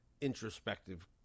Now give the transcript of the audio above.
introspective